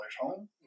home